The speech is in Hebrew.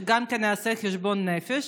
שגם כן יעשה חשבון נפש.